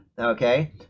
Okay